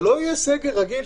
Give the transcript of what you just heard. זה לא יהיה סגר רגיל,